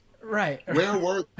Right